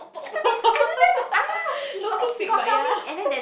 the thing is I don't dare to ask okay he got tell me and then that